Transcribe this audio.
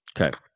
Okay